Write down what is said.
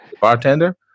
Bartender